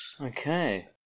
okay